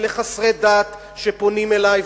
חסרי דת שפונים אלי,